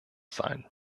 sein